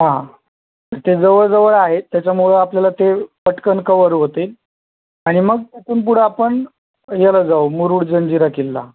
हां ते जवळ जवळ आहेत त्याच्यामुळं आपल्याला ते पटकन कवर होतील आणि मग तिथून पुढं आपण ह्याला जाऊ मुरुड जंजिरा किल्ला